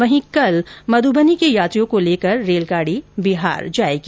वहीं कल मधुबनी के यात्रियों को लेकर रेलगाडी बिहार जायेगी